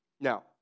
Now